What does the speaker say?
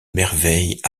merveilles